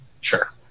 Sure